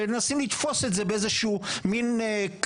מנסים לתפוס את זה באיזשהו מן,